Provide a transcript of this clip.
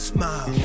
Smile